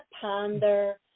ponder